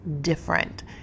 different